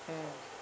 mm